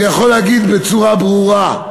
אני יכול להגיד בצורה ברורה: